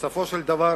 ובסופו של דבר